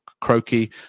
croaky